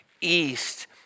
east